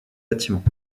bâtiments